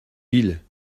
villes